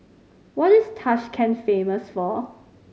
what is Tashkent famous for